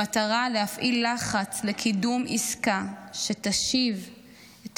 במטרה להפעיל לחץ לקידום עסקה שתשיב את